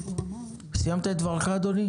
סיימת את דברך, אדוני?